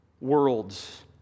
worlds